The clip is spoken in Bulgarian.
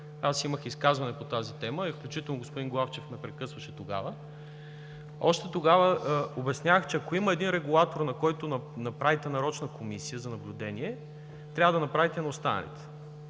аз имах изказване по тази тема и включително господин Главчев ме прекъсваше тогава. Още тогава обяснявах, че, ако има един регулатор, на който направите нарочна комисия за наблюдение, трябва да направите и на останалите.